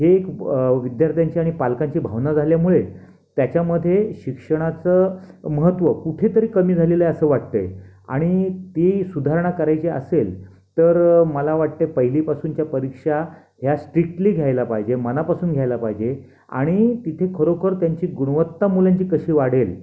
हे एक विद्यार्थ्यांची आणि पालकांची भावना झाल्यामुळे त्याच्यामध्ये शिक्षणाचं महत्व कुठेतरी कमी झालेलं आहे असं वाटत आहे आणि ती सुधारणा करायची असेल तर मला वाटते पहिलीपासूनच्या परीक्षा ह्या स्त्रीक्टली घ्यायला पाहिजे मनापासून घ्यायला पाहिजे आणि तिथे खरोखर त्यांची गुणवत्ता मुलांची कशी वाढेल